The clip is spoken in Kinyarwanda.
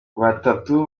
batatu